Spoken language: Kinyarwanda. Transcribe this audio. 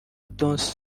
dos